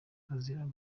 azira